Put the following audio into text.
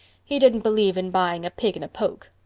he didn't believe in buying a pig in a poke.